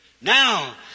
Now